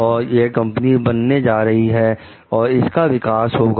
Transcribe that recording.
और यह कंपनी बनने जा रही है और इसका विकास होगा